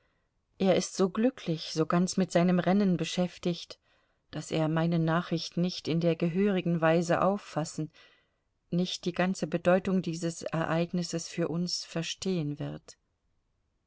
er ist so glücklich so ganz mit seinem rennen beschäftigt daß er meine nachricht nicht in der gehörigen weise auffassen nicht die ganze bedeutung dieses ereignisses für uns verstehen wird